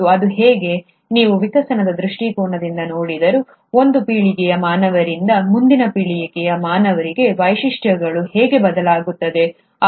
ಮತ್ತು ಅದು ಹೇಗೆ ನೀವು ವಿಕಾಸದ ದೃಷ್ಟಿಕೋನದಿಂದ ನೋಡಿದರೂ ಒಂದು ಪೀಳಿಗೆಯ ಮಾನವರಿಂದ ಮುಂದಿನ ಪೀಳಿಗೆಯ ಮಾನವರಿಗೆ ವೈಶಿಷ್ಟ್ಯಗಳು ಹೇಗೆ ಬದಲಾಗುತ್ತಿವೆ